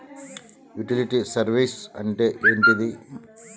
Utility service అంటే ఏంటిది?